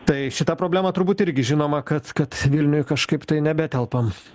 tai šita problema turbūt irgi žinoma kad kad vilniuj kažkaip tai nebetelpam